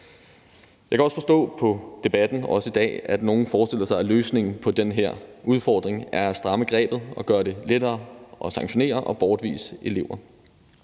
Jeg kan også forstå på debatten, at nogle forestiller sig, at løsningen på den her udfordring er at stramme grebet og gøre det lettere at sanktionere og bortvise elever.